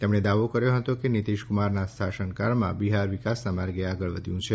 તેમણે દાવો કર્યો હતો કે નીતિશકુમારના શાસનકાળમાં બિહાર વિકાસના માર્ગે આગળ વધ્યું છે